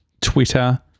twitter